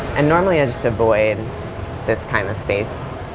and normally i just avoid this kind of space.